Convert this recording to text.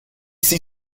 sie